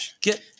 Get